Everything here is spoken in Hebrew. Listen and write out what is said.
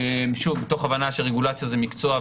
מתוך הבנה שרגולציה זה מקצוע,